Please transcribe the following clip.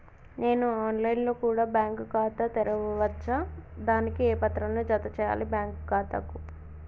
నేను online లో కూడా బ్యాంకు ఖాతా ను తెరవ వచ్చా? దానికి ఏ పత్రాలను జత చేయాలి బ్యాంకు ఖాతాకు?